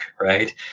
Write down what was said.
right